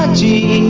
um g